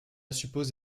suppose